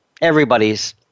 everybody's